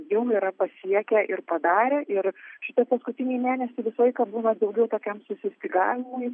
jau yra pasiekę ir padarę ir šitie paskutiniai mėnesiai visą laiką būna daugiau tokiam susistygavimui